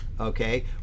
okay